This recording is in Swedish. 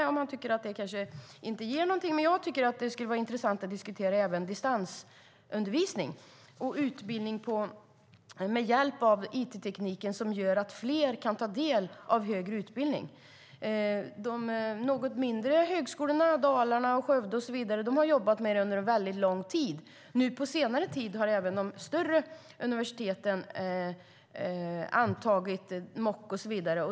Han kanske tycker att det inte ger någonting, men jag tycker att det vore intressant att diskutera även distansundervisning och utbildning där man med hjälp av it gör att fler kan ta del av högre utbildning. De något mindre högskolorna, som Högskolan Dalarna och Högskolan i Skövde och så vidare, har jobbat med det under väldigt lång tid. Nu på senare tid har även de större universiteten antagit MOOC och så vidare.